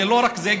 ולא רק זה,